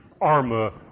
arma